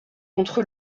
entre